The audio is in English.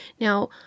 Now